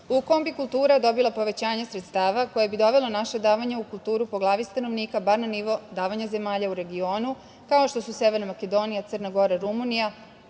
u kom bi kultura dobila povećanje sredstava, koje bi dovelo naše davanje u kulturu po glavi stanovnika bar na nivo davanja zemalja u regionu, kao što su Severna Makedonija, Crna Gora, Rumunija,